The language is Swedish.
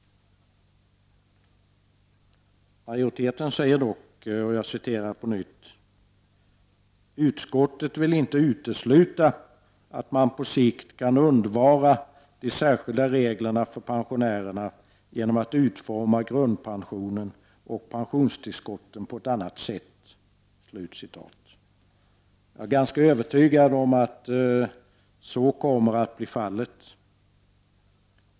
Majoriteten säger dock: ”Utskottet vill inte utesluta att man på sikt kan undvara de särskilda reglerna för pensionärerna genom att utforma grundpensionen och pensionstillskotten på ett annat sätt.” Jag är övertygad om att så kommer att bli fallet.